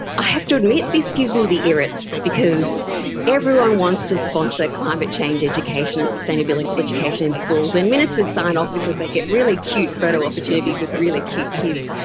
i have to admit this gives me the irrits because everyone wants to sponsor climate change education and sustainability education in schools. and ministers sign off because they get really cute photo opportunities with really cute kids.